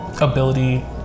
ability